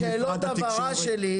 לרגע